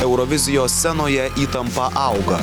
eurovizijos scenoje įtampa auga